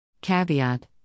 Caveat